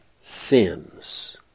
sins